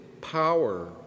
power